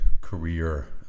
career